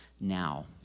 now